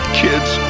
kids